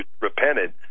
repented